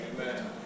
Amen